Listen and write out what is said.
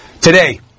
Today